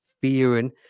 fearing